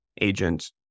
agent